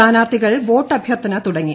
പ്രസ്ഥാനാർഥികൾ വോട്ടഭ്യർഥന തുടങ്ങി